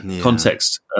context